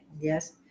Yes